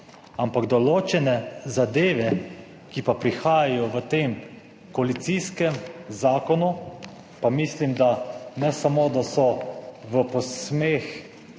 ampak določene zadeve, ki pa prihajajo v tem koalicijskem zakonu, pa mislim, da ne samo, da so v posmeh